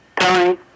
Tony